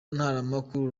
ntaramakuru